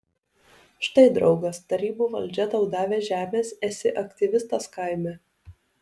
štai draugas tarybų valdžia tau davė žemės esi aktyvistas kaime